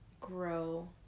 grow